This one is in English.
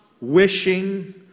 wishing